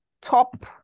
top